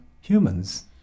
humans